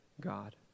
God